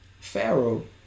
Pharaoh